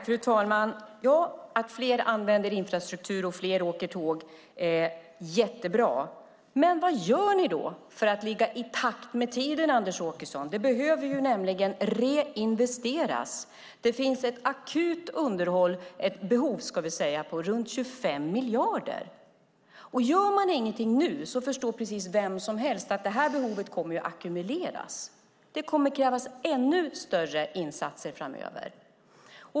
Fru talman! Att fler använder infrastruktur och att fler åker tåg är jättebra. Men vad gör ni för att ligga i takt med tiden, Anders Åkesson? Det behöver nämligen reinvesteras. Det finns ett akut underhållsbehov på runt 25 miljarder. Gör man inget nu förstår precis vem som helst att detta behov kommer att ackumuleras. Det kommer att krävas ännu större insatser framöver.